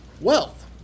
wealth